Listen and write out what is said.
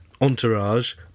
entourage